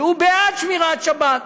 שהוא בעד שמירת שבת,